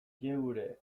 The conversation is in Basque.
geure